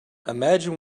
imagine